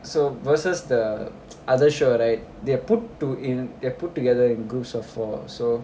so versus the other show right they put two in they put together in groups of four so